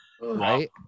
right